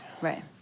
Right